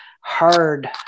hard